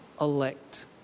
elect